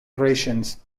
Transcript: thracians